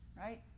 right